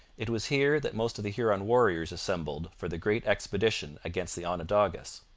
it was here that most of the huron warriors assembled for the great expedition against the onondagas.